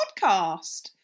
Podcast